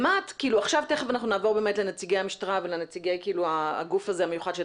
תיכף אנחנו נעבור באמת לנציגי המשטרה ולנציגי הגוף הזה המיוחד,